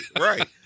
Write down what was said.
right